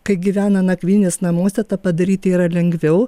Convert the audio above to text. kai gyvena nakvynės namuose tą padaryti yra lengviau